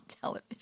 television